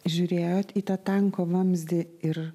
žiūrėjot į tą tanko vamzdį ir